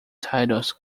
titles